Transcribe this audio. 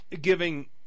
Giving